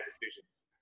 decisions